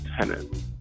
tenant